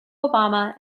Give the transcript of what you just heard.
obama